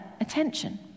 attention